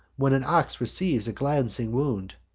when an ox receives a glancing wound,